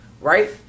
right